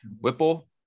Whipple